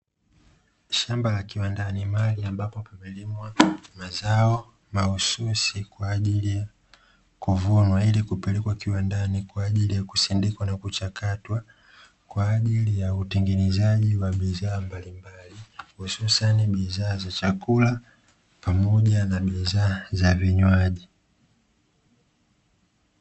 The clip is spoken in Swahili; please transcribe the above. Shamba la kiwandani, mahali ambapo panalimwa mazao, mahususi kwa ajili ya kuvunwa, ili kupelekwa kiwandani kwa ajili ya kusindikwa na kuchakatwa, kwa ajili ya utengenezaji wa bidhaa mbalimbali; hususani bidhaa za chakula pamoja na bidhaa za vinywaji.